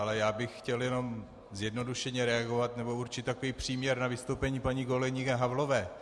Ale já bych chtěl jenom zjednodušeně reagovat, nebo užít takový příměr na vystoupení paní kolegyně Havlové.